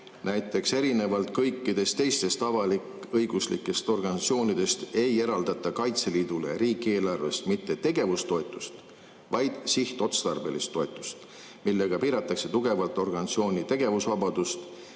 näiteks erinevalt kõikidest teistest avalik-õiguslikest organisatsioonidest ei eraldata Kaitseliidule riigieelarvest mitte tegevustoetust, vaid sihtotstarbelist toetust, millega piiratakse tugevalt organisatsiooni tegevusvabadust.